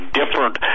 different